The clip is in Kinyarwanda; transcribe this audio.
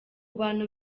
bantu